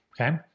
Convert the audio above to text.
okay